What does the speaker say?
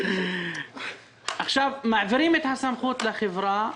עכשיו מעבירים את הסמכות לחברה,